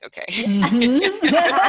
Okay